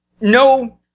no